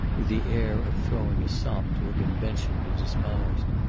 with the air of throwing a sop to a convention he despised.